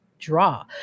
Draw